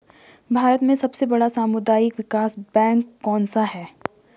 भारत में सबसे बड़ा सामुदायिक विकास बैंक कौनसा है?